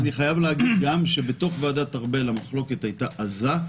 אני חייב להגיד שבתוך ועדת ארבל המחלוקת הייתה עזה,